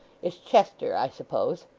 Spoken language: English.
is chester, i suppose?